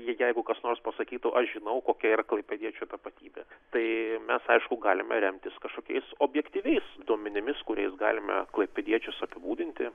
jeigu kas nors pasakytų aš žinau kokia ir klaipėdiečių tapatybė tai mes aišku galime remtis kažkokiais objektyviais duomenimis kuriais galime klaipėdiečius apibūdinti